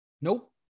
Nope